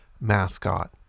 mascot